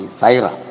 saira